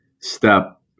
step